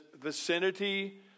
vicinity